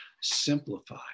simplify